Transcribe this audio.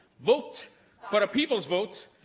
vote for a people's vote,